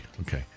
Okay